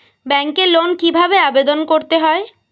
ব্যাংকে লোন কিভাবে আবেদন করতে হয়?